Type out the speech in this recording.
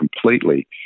completely